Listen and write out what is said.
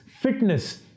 fitness